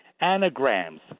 anagrams